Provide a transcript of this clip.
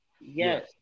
Yes